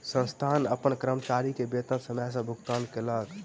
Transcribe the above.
संस्थान अपन कर्मचारी के वेतन समय सॅ भुगतान कयलक